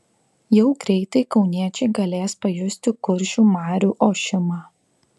jau greitai kauniečiai galės pajusti kuršių marių ošimą